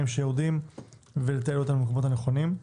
שיורדים ולתעל אותם למקומות הנכונים.